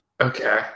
Okay